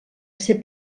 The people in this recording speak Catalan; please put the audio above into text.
ser